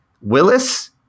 Willis